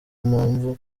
mpamvu